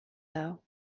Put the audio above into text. though